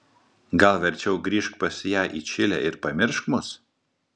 gal verčiau grįžk pas ją į čilę ir pamiršk mus